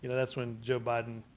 that's when joe biden